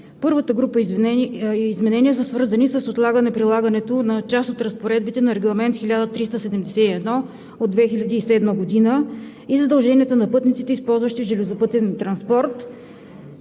Първата група изменения са свързани с отлагане прилагането на част от разпоредбите на Регламент 1371/2007 и задълженията на пътниците, използващи железопътен транспорт,